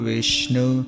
Vishnu